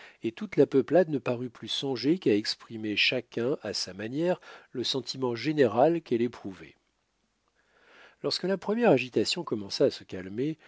et toute la peuplade ne parut plus songer qu'à exprimer chacun à sa manière le sentiment général qu'elle éprouvait lorsque la première agitation commença à se calmer